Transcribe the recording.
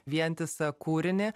vientisą kūrinį